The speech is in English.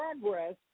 progress